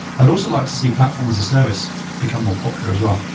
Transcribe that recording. i'd also like to see platform as a service become more popular as well.